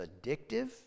addictive